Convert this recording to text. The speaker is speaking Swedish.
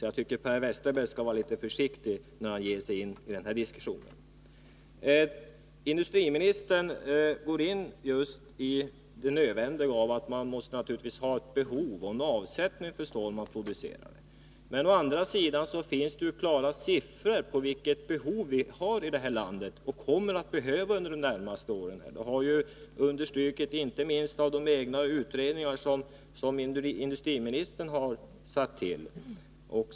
Jag tycker att Per Westerberg skall vara litet försiktig, när han ger sig in i den här diskussionen. Industriministern går in på nödvändigheten av att det finns behov av och avsättning för det stål vi producerar. Men å andra sidan finns det klara siffror på vilket behov vi har här i landet och kommer att ha under de närmaste åren. Det har ju understrukits inte minst av de utredningar som industriministern själv har tillsatt.